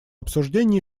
обсуждения